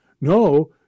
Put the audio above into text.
No